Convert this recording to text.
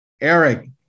Eric